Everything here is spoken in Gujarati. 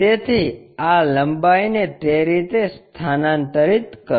તેથી આ લંબાઈને તે રીતે સ્થાનાંતરિત કરો